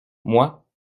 moi